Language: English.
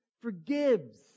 forgives